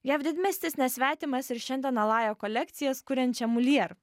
jav didmiestis nesvetimas ir šiandien alaja kolekcijas kuriančiam mulier